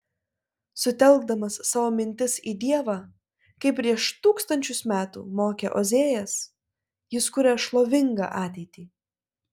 sutelkdamas savo mintis į dievą kaip prieš tūkstančius metų mokė ozėjas jis kuria šlovingą ateitį